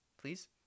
Please